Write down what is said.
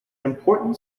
important